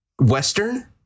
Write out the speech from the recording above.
western